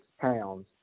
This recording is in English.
pounds